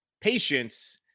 patience